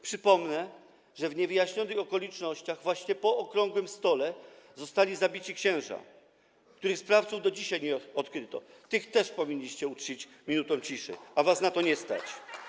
Przypomnę, że w niewyjaśnionych okolicznościach właśnie po okrągłym stole zostali zabici księża - sprawców do dzisiaj nie odkryto - których też powinniście uczcić minutą ciszy, a was na to nie stać.